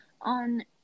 on